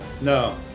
No